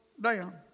down